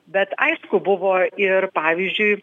bet aišku buvo ir pavyzdžiui